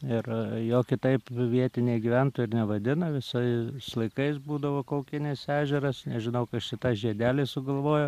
ir jo kitaip vietiniai gyventojai ir nevadina visais laikais būdavo kaukinės ežeras nežinau kas čia tą žiedelį sugalvojo